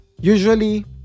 Usually